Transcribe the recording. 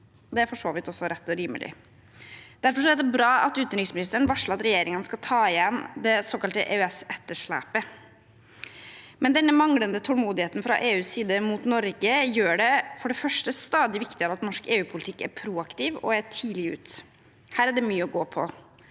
Det er for så vidt også rett og rimelig. Derfor er det bra at utenriksministeren varsler at regjeringen skal ta igjen det såkalte EØS-etterslepet. Denne manglende tålmodigheten fra EUs side mot Norge gjør det for det første stadig viktigere at norsk EUpolitikk er proaktiv og tidlig ute. Her er det mye å gå på.